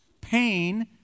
pain